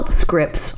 scripts